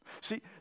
See